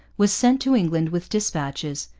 was sent to england with dispatches,